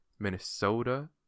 minnesota